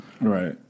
Right